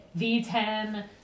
V10